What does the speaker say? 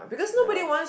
yeah